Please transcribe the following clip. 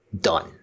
done